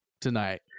tonight